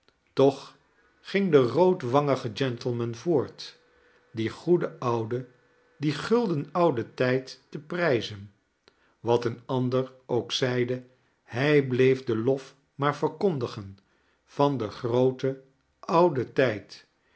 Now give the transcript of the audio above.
toch ging de roodwangige gentleman voort dien goeden ouden dien gulden ouden tijd te prijzen wat een ander oak zeide hij bleef den lof maar verkondigen van den grooten ouden tijd